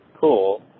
cool